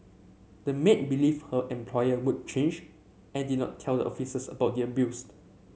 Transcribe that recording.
the maid believed her employer would change and did not tell the officers about the abuse